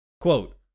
Quote